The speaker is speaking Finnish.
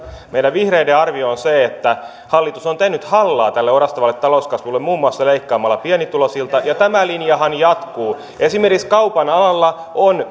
meidän vihreiden arvio on se että hallitus on tehnyt hallaa tälle orastavalle talouskasvulle muun muassa leikkaamalla pienituloisilta ja tämä linjahan jatkuu esimerkiksi kaupan alalla on